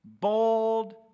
bold